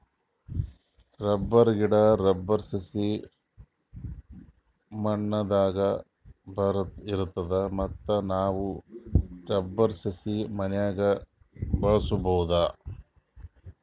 rubber ಗಿಡಾ, rubber ಸಸಿ ಮೇಣದಂಗ್ ಇರ್ತದ ಮತ್ತ್ ನಾವ್ ರಬ್ಬರ್ ಸಸಿ ಮನ್ಯಾಗ್ ಬೆಳ್ಸಬಹುದ್